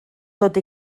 tot